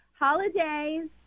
holidays